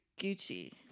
gucci